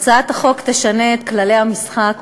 החוק ישנה את כללי המשחק